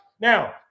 Now